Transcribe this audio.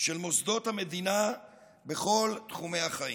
של מוסדות המדינה בכל תחומי החיים.